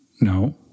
No